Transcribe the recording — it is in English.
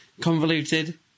Convoluted